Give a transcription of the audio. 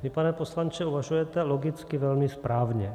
Vy, pane poslanče, uvažujete logicky velmi správně.